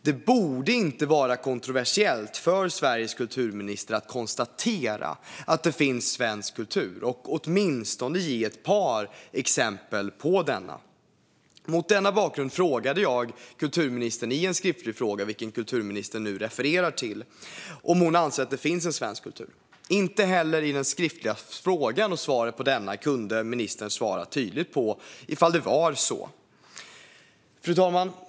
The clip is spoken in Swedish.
Det borde inte vara kontroversiellt för Sveriges kulturminister att konstatera att det finns svensk kultur och åtminstone ge ett par exempel på denna. Mot denna bakgrund frågade jag kulturministern i en skriftlig fråga, vilket kulturministern nu refererar till, om hon anser att det finns en svensk kultur. Inte heller i svaret på den skriftliga frågan kunde ministern svara tydligt på ifall det var så. Fru talman!